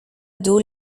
dos